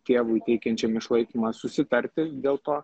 tėvui teikiančiam išlaikymą susitarti dėl to